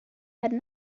had